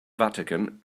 vatican